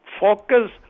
focus